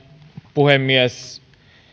puhemies